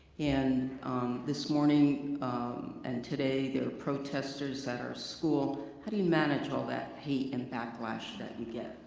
and this morning and today there were protesters at our school, how do you manage all that hate and backlash that you get?